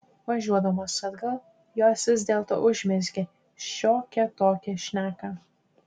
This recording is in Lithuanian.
važiuodamos atgal jos vis dėlto užmezgė šiokią tokią šneką